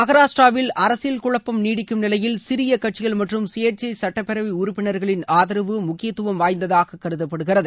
மகாராஷ்டிராவில் அரசியல் குழப்பம் நீடிக்கும் நிலையில் சிறிய கட்சிகள் மற்றும் கயோட்சை சுட்டப்பேரவை உறுப்பினர்களின் ஆதரவு முக்கியத்துவம் வாய்ந்ததாக கருதப்படுகிறது